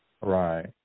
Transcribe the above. Right